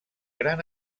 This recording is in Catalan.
gran